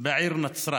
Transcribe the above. בעיר נצרת.